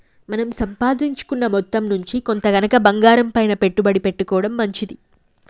మన సంపాదించుకున్న మొత్తం నుంచి కొంత గనక బంగారంపైన పెట్టుబడి పెట్టుకోడం మంచిది